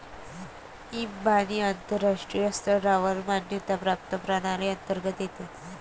इबानी आंतरराष्ट्रीय स्तरावर मान्यता प्राप्त प्रणाली अंतर्गत येते